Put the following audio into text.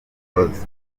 n’umutoza